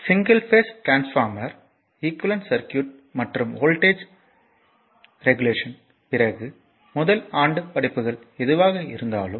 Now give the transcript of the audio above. single phase transformer equivalent circuit மற்றும் voltage ரெகுலேஷன்க்கு பிறகு முதல் ஆண்டு படிப்புகள் எதுவாக இருந்தாலும்